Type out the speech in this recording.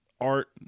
art